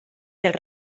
dels